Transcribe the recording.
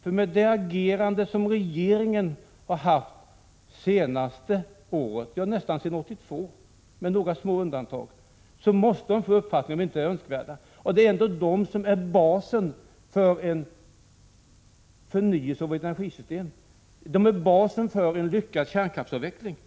Av regeringens agerande under det senaste året — ja, nästan sedan 1982 med några små undantag — måste de ha fått uppfattningen att de inte är önskvärda. Det är ändå dessa som är basen för en förnyelse av energisystemet och för en lyckad kärnkraftsavveckling. — Prot.